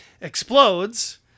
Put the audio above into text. explodes